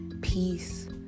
peace